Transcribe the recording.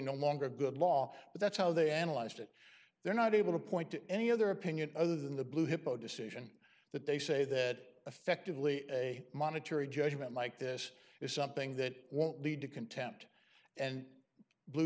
no longer a good law but that's how they analyzed it they're not able to point to any other opinion other than the blue hippo decision that they say that effectively a monetary judgment like this is something that won't lead to contempt and blue